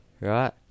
Right